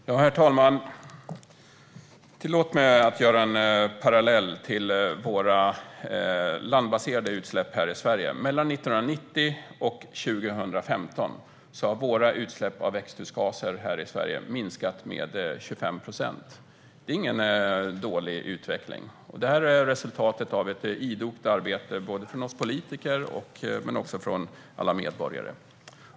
Herr talman! Tillåt mig att dra en parallell till våra landbaserade utsläpp här i Sverige. Mellan 1990 och 2015 har våra utsläpp av växthusgaser här i Sverige minskat med 25 procent. Det är ingen dålig utveckling. Detta är resultatet av ett idogt arbete både från oss politiker och från alla medborgare.